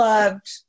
Loved